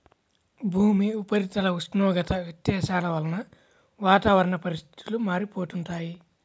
భూమి ఉపరితల ఉష్ణోగ్రత వ్యత్యాసాల వలన వాతావరణ పరిస్థితులు మారిపోతుంటాయి